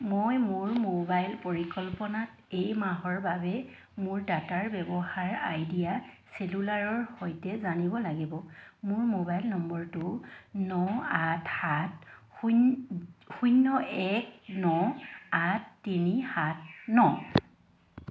মই মোৰ মোবাইল পৰিকল্পনাত এই মাহৰ বাবে মোৰ ডাটাৰ ব্যৱহাৰ আইডিয়া চেলুলাৰৰ সৈতে জানিব লাগিব মোৰ মোবাইল নম্বৰটো ন আঠ সাত শূন শূন্য এক ন আঠ তিনি সাত ন